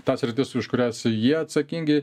tas sritis už kurias jie atsakingi